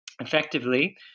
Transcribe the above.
effectively